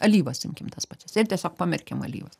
alyvas imkim tas pačias ir tiesiog pamerkim alyvas